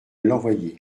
l’envoyer